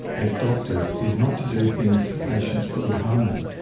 as doctors is not to do things to patients that would harm them.